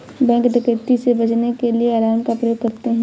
bank डकैती से बचने के लिए अलार्म का प्रयोग करते है